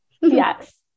Yes